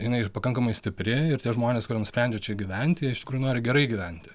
jinai ir pakankamai stipri ir tie žmonės kurie nusprendžia čia gyventi jie iš tikrųjų nori gerai gyventi